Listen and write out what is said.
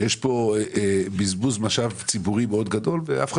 יש כאן בזבוז משאב ציבורי מאוד גדול ואף אחד